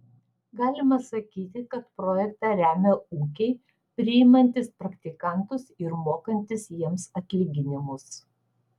galima sakyti kad projektą remia ūkiai priimantys praktikantus ir mokantys jiems atlyginimus